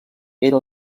era